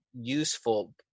useful